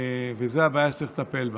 וזו הבעיה שצריך לטפל בה.